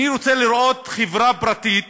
אני רוצה לראות חברה פרטית,